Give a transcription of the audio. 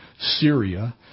Syria